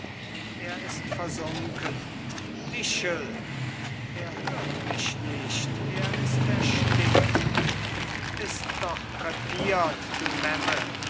er ist versunken michel er hört mich nicht er ist erstickt bist doch krepiert du memme